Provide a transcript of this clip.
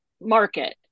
market